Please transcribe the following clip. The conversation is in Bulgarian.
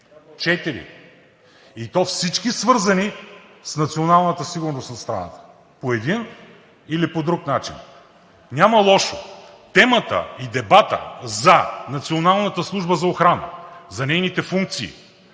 четири? – и то всички, свързани с националната сигурност на страната, по един или друг начин. Няма лошо! Темата и дебатът за Националната служба за охрана, за нейните функции,